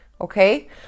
okay